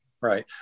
Right